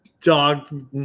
dog